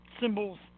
symbols